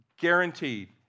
guaranteed